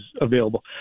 available